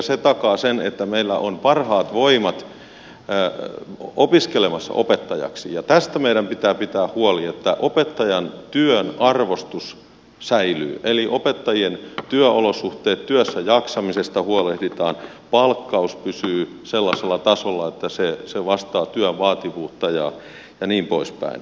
se takaa sen että meillä on parhaat voimat opiskelemassa opettajaksi ja tästä meidän pitää pitää huoli että opettajantyön arvostus säilyy eli opettajien työolosuhteista työssäjaksamisesta huolehditaan palkkaus pysyy sellaisella tasolla että se vastaa työn vaativuutta ja niin poispäin